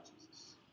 Jesus